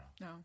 No